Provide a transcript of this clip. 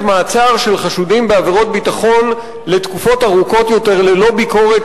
מעצר חשודים בעבירות ביטחון לתקופות ארוכות יותר ללא ביקורת